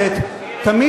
שלוש דקות.